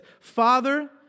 Father